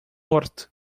norte